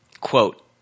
Quote